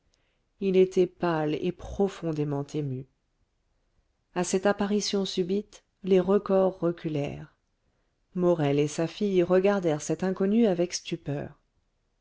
il était pâle et profondément ému à cette apparition subite les recors reculèrent morel et sa fille regardèrent cet inconnu avec stupeur